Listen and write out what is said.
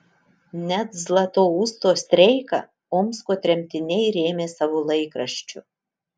net zlatousto streiką omsko tremtiniai rėmė savo laikraščiu